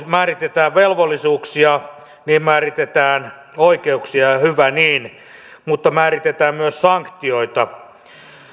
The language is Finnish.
määritetään velvollisuuksia niin määritetään oikeuksia ja ja hyvä niin mutta määritetään myös sanktioita